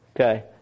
Okay